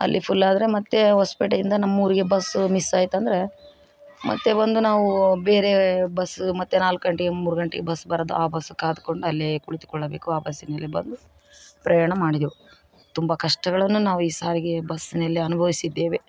ಅಲ್ಲಿ ಫುಲ್ ಆದರೆ ಮತ್ತು ಹೊಸ್ಪೇಟೆಯಿಂದ ನಮ್ಮೂರಿಗೆ ಬಸ್ಸು ಮಿಸ್ ಆಯ್ತಂದರೆ ಮತ್ತು ಬಂದು ನಾವು ಬೇರೆ ಬಸ್ ಮತ್ತು ನಾಲ್ಕು ಗಂಟೆಗೆ ಮೂರು ಗಂಟೆಗೆ ಬಸ್ ಬರೋದು ಆ ಬಸ್ ಕಾದ್ಕೊಂಡು ಅಲ್ಲೇ ಕುಳಿತುಕೊಳ್ಳಬೇಕು ಆ ಬಸ್ಸಿನಲ್ಲಿ ಬಂದು ಪ್ರಯಾಣ ಮಾಡಿದೆವು ತುಂಬ ಕಷ್ಟಗಳನ್ನು ನಾವು ಈ ಸಾರಿಗೆ ಬಸ್ನಲ್ಲಿ ಅನುಭವಿಸಿದ್ದೇವೆ